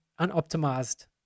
unoptimized